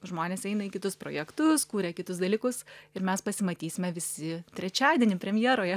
žmonės eina į kitus projektus kuria kitus dalykus ir mes pasimatysime visi trečiadienį premjeroje